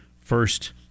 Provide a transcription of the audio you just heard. First